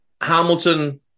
Hamilton